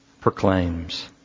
proclaims